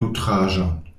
nutraĵon